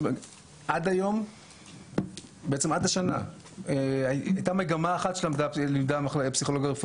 עד השנה הייתה במדינת ישראל מגמה אחת שלימדה פסיכולוגיה רפואית